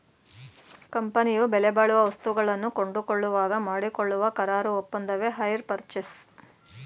ಕಂಪನಿಯು ಬೆಲೆಬಾಳುವ ವಸ್ತುಗಳನ್ನು ಕೊಂಡುಕೊಳ್ಳುವಾಗ ಮಾಡಿಕೊಳ್ಳುವ ಕರಾರು ಒಪ್ಪಂದವೆ ಹೈರ್ ಪರ್ಚೇಸ್